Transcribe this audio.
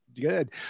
Good